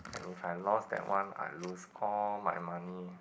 and if I lost that one I lose all my money